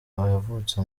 yavutse